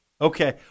Okay